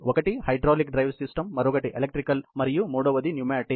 ఒకటి hydraulic drive సిస్టమ్మరొకటి electrical మరియు మూడవది న్యూమాటిక్